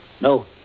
No